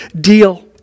deal